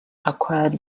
acquired